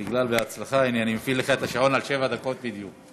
בגלל ה"בהצלחה" אני מפעיל לך את השעון על שבע דקות בדיוק.